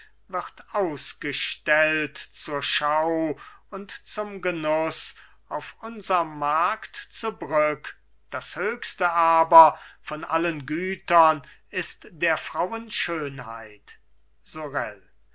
wird ausgestellt zur schau und zum genuß auf unserm markt zu brügg das höchste aber von allen gütern ist der frauen schönheit sorel